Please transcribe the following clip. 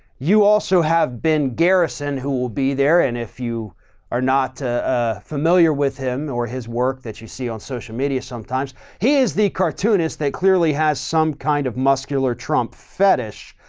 you also have been garrison who will be there and if you are not a ah familiar with him or his work that you see on social media sometimes he is the cartoonists that clearly has some kind of muscular trump fetish.